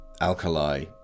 alkali